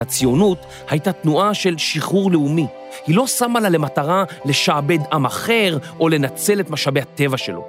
‫הציונות הייתה תנועה של שחרור לאומי. ‫היא לא שמה לה למטרה ‫לשעבד עם אחר ‫או לנצל את משאבי הטבע שלו.